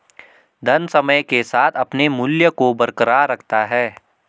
धन समय के साथ अपने मूल्य को बरकरार रखता है